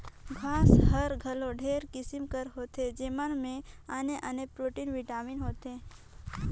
घांस हर घलो ढेरे किसिम कर होथे जेमन में आने आने प्रोटीन, बिटामिन होथे